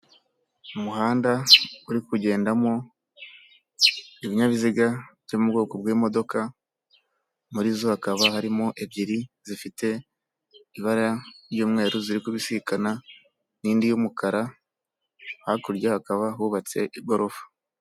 Umuhanda uri kugendamo ibinyabiziga byo mu bwoko bw'imodoka, muri zo hakaba harimo ebyiri zifite ibara ry'umweru ziri kubisikana n'indi y'umukara, hakurya hakaba hubatse igorofa.